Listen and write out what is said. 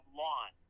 lawn